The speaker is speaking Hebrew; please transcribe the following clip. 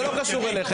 זה לא קשור אליך.